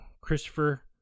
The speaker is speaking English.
Christopher